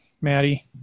Maddie